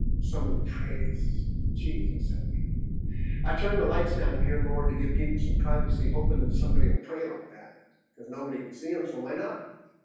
someone to praise jesus help me i turned the lights down and here lord to give people some privacy hoping that somebody will pray like that because nobody can see them. so why not pray?